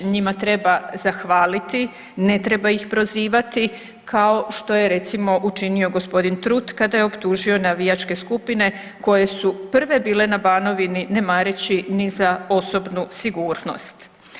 Njima treba zahvaliti, ne treba ih prozivati kao što je recimo učinio g. Trut kada je optužio navijačke skupine koje su prve bile na Banovini ne mareći ni za osobnu sigurnost.